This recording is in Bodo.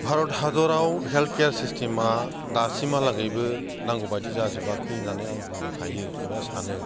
भारत हादोराव हेल्थ केयार सिसथेमा दासिमहालागैबो नांगौबायदि जाजोबाखै होननानै आं बुंनो हायो एबा सानो